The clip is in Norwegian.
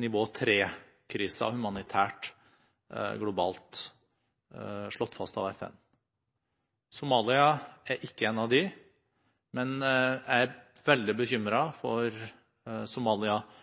nivå 3-kriser – humanitært, globalt – slik det er slått fast av FN. Somalia er ikke en av dem, men jeg er veldig bekymret for Somalia